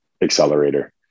accelerator